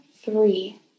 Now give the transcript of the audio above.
three